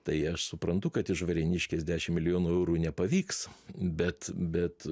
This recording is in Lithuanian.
tai aš suprantu kad iš varėniškės dešim milijonų eurų nepavyks bet bet